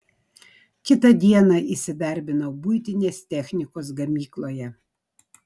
kitą dieną įsidarbinau buitinės technikos gamykloje